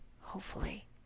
hopefully